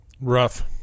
Rough